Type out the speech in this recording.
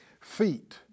feet